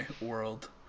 world